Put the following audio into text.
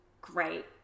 great